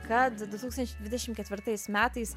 kad du tūkstančiai dvidešim ketvirtais metais